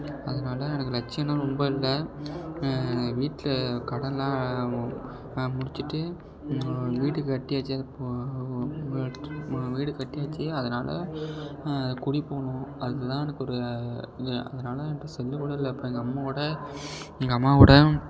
அதனால எனக்கு லட்சியமெல்லாம் ரொம்ப இல்லை எங்கள் வீட்டில் கடனெலாம் முடிச்சுட்டு வீடு கட்டியாச்சு இப்போது வீடு கட்டியாச்சு அதனாலே குடிபோகணும் அது தான் எனக்கு ஒரு இது அதனால் என்கிட்ட செல்லு கூட இல்லை இப்போ எங்கள் அம்மாவோடய எங்கள் அம்மாவோடய